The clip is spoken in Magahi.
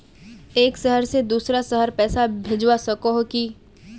एक शहर से दूसरा शहर पैसा भेजवा सकोहो ही?